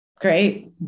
Great